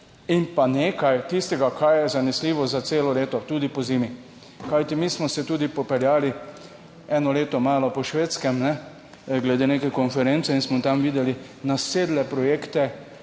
in pa nekaj tistega, kar je zanesljivo za celo leto, tudi pozimi, kajti mi smo se tudi popeljali eno leto malo po Švedskem glede neke konference in smo tam videli nasedle projekte,